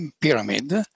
pyramid